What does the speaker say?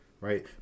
right